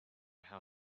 how